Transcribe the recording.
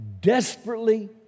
desperately